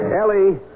Ellie